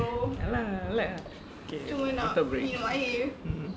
ya lah rilek ah okay water break